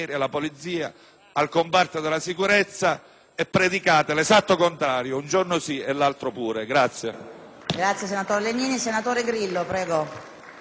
al comparto della sicurezza e predicate l'esatto contrario un giorno sì e l'altro pure.